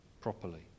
properly